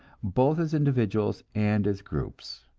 both as individuals and as groups.